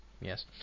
Yes